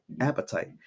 appetite